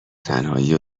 تنهایی